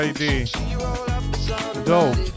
dope